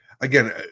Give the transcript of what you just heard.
Again